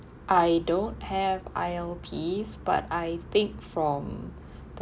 I don't have I_L_Ps but I think from